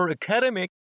academic